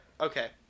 Okay